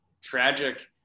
tragic